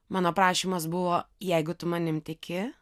mano prašymas buvo jeigu tu manim tiki